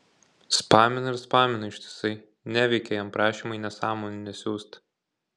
spamina ir spamina ištisai neveikia jam prašymai nesąmonių nesiųst